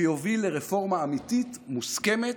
שיוביל לרפורמה אמיתית, מוסכמת,